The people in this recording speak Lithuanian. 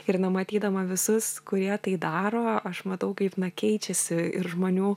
ir na matydama visus kurie tai daro aš matau kaip na keičiasi ir žmonių